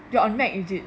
you on Mac is it